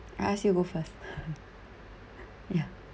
I asked you to go first ya